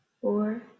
four